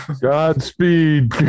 Godspeed